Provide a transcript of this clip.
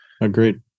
Agreed